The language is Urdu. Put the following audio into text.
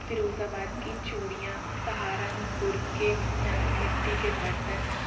فیروز آباد کی چوڑیاں سہارنپور کے مٹی کے برتن